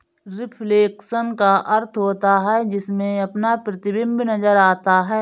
reflection का अर्थ होता है जिसमें अपना प्रतिबिंब नजर आता है